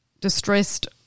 distressed